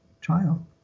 child